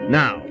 now